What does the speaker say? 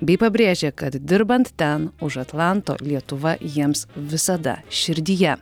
bei pabrėžė kad dirbant ten už atlanto lietuva jiems visada širdyje